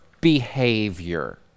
behavior